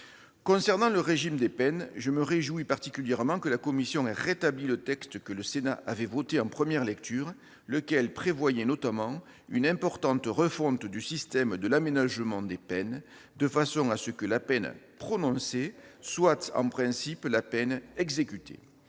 Concernant le régime des peines, je me réjouis particulièrement que la commission ait rétabli le texte que le Sénat avait voté en première lecture, lequel prévoyait notamment une importante refonte du système de l'aménagement des peines, de façon que la peine prononcée soit en principe la peine exécutée